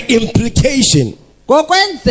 implication